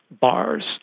bars